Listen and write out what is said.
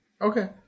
Okay